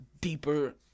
deeper